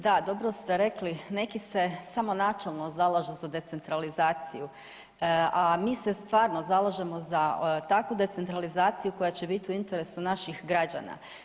Da, dobro ste rekli neki se samo načelno zalažu za decentralizaciju, a mi se stvarno zalažemo za takvu decentralizaciju koja će biti u interesu naših građana.